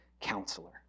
counselor